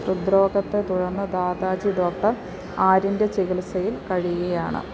ഹൃദ്രോഗത്തെ തുടർന്ന് ദാദാജി ഡോക്ടർ ആര്യന്റെ ചികിത്സയിൽ കഴിയുകയാണ്